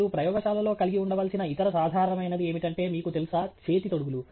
మీరు ప్రయోగశాలలో కలిగి ఉండవలసిన ఇతర సాధారణమైనది ఏమిటంటే మీకు తెలుసా చేతి తొడుగులు